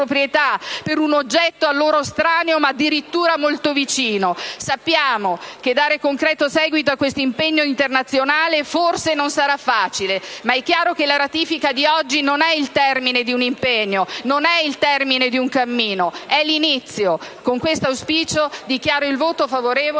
per un oggetto a loro estraneo ma, addirittura, molto vicino. Sappiamo che dare concreto seguito a questo impegno internazionale forse non sarà facile, ma è chiaro che la ratifica di oggi non è il termine di un impegno e non è il termine di un cammino, ma l'inizio. Con questo auspicio dichiaro il voto favorevole